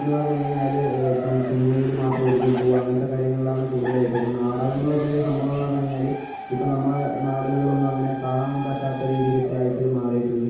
എന്ന് പറഞ്ഞു കഴിഞ്ഞാൽ ഇപ്പം സിനിമയിൽ മാത്രം ഒതുങ്ങി പോവുക അങ്ങനത്തെ കാര്യങ്ങളിലാണ് കൂടുതലായിട്ട് ഇപ്പം നാടകം എന്ന് പറഞ്ഞ ഒരു സംഭവം എന്ന് പറഞ്ഞു കഴിഞ്ഞാൽ ഇപ്പം നമ്മുടെ നാടുകളിലൊന്നും അങ്ങനെ കാണാന് പറ്റാത്ത രീതിയിലൊക്കെ ആയിട്ട് മാറിയിട്ടുണ്ട്